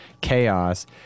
chaos